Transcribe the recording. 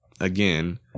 again